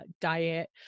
diet